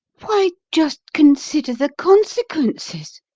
why, just consider the consequences!